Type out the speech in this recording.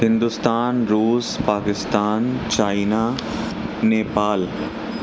ہندوستان روس پاکستان چائینا نیپال